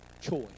choice